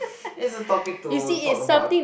is a topic to talk about